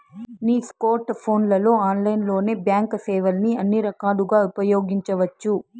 నీ స్కోర్ట్ ఫోన్లలో ఆన్లైన్లోనే బాంక్ సేవల్ని అన్ని రకాలుగా ఉపయోగించవచ్చు